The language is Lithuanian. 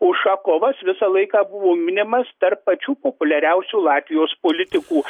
ušakovas visą laiką buvo minimas tarp pačių populiariausių latvijos politikų